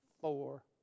four